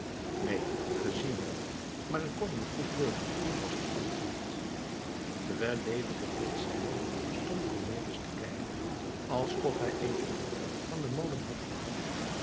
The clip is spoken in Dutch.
neen gezien niet maar ik kon hem goed hooren was het antwoord terwijl leeuwke dit zeide stond cornelis te kijken alsof hij eenen klap van den molen had gehad